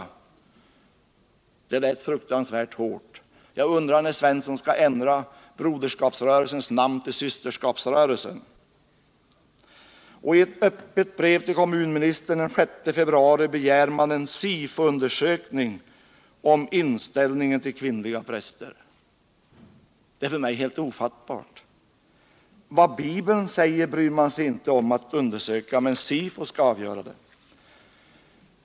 Det lät fruktansvärt hårt. Jag undrar när han skall ändra Broderskapsrörelsens namn till Systerskapsrörelsen. Och i ett öppet brev till kommunministern den 6 februari begär man en SIFO undersökning om inställningen till kvinnliga präster. Detta är för mig helt ofattbart! Vad Bibeln säger bryr man sig inte om att undersöka, men SIFO skall avgöra det!